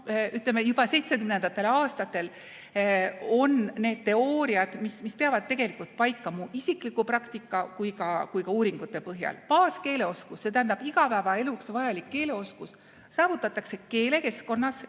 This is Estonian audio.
ütleme, juba 1970. aastatel olid need teooriad, mis peavad tegelikult paika nii mu isikliku praktika kui ka uuringute põhjal. Baaskeeleoskus, st igapäevaeluks vajalik keeleoskus saavutatakse keelekeskkonnas